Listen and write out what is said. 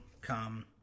come